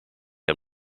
heb